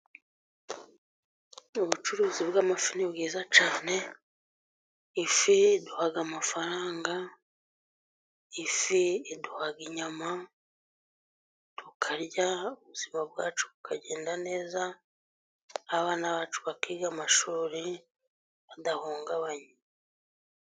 Ubucuruzi bw'amafi ni bwiza cyane. Ifi iduha amafaranga, ifi iduha inyama tukarya ubuzima bwacu bukagenda neza, n'abana bacu bakiga amashuri badahungabanye.